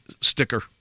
sticker